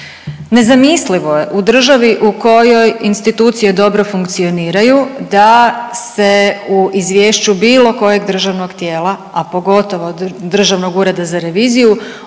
Nezamislivo je u državi u kojoj institucije dobro funkcioniraju da se u izvješću bilo kojeg državnog tijela, a pogotovo Državnog ureda za reviziju